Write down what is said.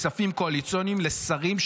כספים קואליציוניים לשרים,